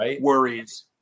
worries